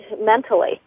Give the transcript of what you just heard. mentally